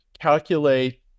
calculate